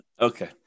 Okay